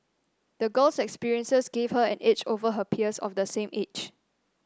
the girl's experiences gave her an edge over her peers of the same age